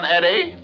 Eddie